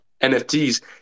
NFTs